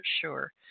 sure